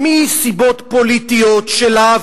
מסיבות פוליטיות שלה,